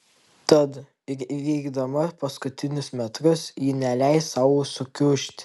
tad ir įveikdama paskutinius metrus ji neleis sau sukiužti